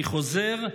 אני חוזר: